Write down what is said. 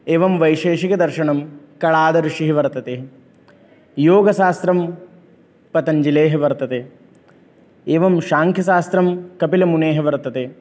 एवं वैशेषिकदर्शनं कणाद ऋषिः वर्तते योगशास्त्रं पतञ्जलेः वर्तते एवं साङ्ख्यशास्त्रं कपिलमुनेः वर्तते